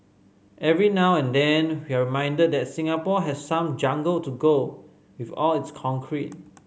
every now and then we're reminded that Singapore has some jungle to go with all its concrete